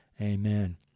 Amen